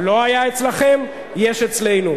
לא היה אצלכם, יש אצלנו.